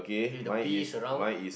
with the bees around